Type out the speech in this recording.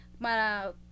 Para